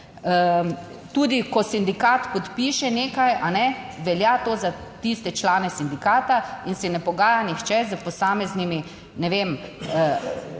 Tudi ko sindikat podpiše nekaj, a ne, velja to za tiste člane sindikata in se ne pogaja nihče s posameznimi, ne vem,